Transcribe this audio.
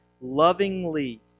lovingly